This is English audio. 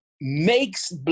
makes